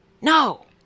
No